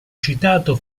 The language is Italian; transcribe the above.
citato